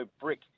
brick